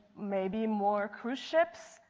maybe more cruise ships,